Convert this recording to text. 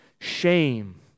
shame